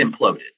imploded